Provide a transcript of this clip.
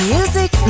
Music